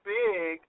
big